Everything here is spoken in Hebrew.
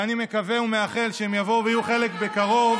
ואני מקווה ומאחל שהם יבואו ויהיו חלק בקרוב,